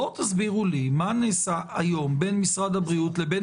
תסבירו לי מה נעשה היום בין משרד הבריאות לבין